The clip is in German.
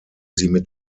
sie